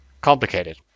Complicated